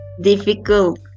difficult